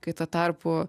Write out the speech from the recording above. kai tuo tarpu